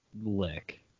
lick